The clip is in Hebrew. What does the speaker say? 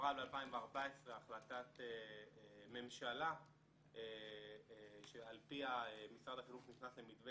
עברה ב-2014 החלטת ממשלה שעל פיה משרד החינוך נכנס למתווה